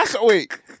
Wait